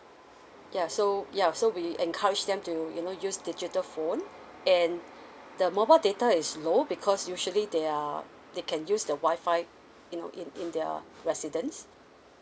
ya so ya so we encourage them to you know use digital phone and the mobile data is low because usually they are they can use the wifi you know in in their residence